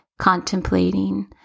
contemplating